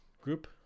group